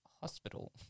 hospital